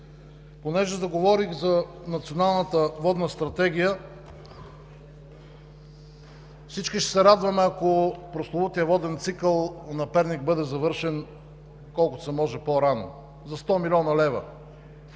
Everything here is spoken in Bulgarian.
Понеже заговорих за Националната водна стратегия, всички ще се радваме, ако прословутият Воден цикъл на Перник бъде завършен колкото се може по-рано за 100 млн. лв.,